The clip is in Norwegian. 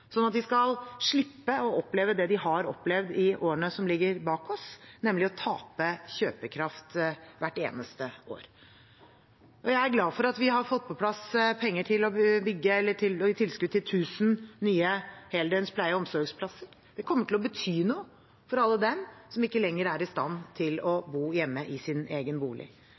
skal slippe å oppleve det de har opplevd i årene som ligger bak oss – nemlig å tape kjøpekraft hvert eneste år. Jeg er glad for at vi har fått på plass penger til å gi tilskudd til tusen nye heldøgns pleie- og omsorgsplasser. Det kommer til å bety noe for alle dem som ikke lenger er i stand til å bo hjemme i sin egen bolig.